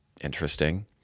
interesting